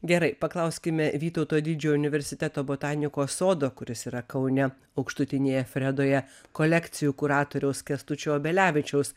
gerai paklauskime vytauto didžiojo universiteto botanikos sodo kuris yra kaune aukštutinėje fredoje kolekcijų kuratoriaus kęstučio obelevičiaus